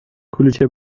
کلوچه